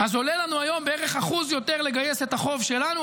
אז עולה לנו היום בערך אחוז יותר לגייס את החוב שלנו.